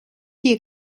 die